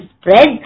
spread